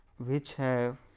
which have